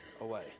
away